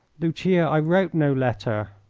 lucia, i wrote no letter.